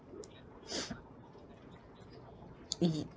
y~